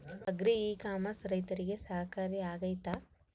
Agri e commerce ರೈತರಿಗೆ ಸಹಕಾರಿ ಆಗ್ತೈತಾ?